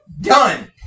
Done